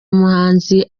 umuhanzi